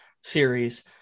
series